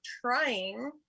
trying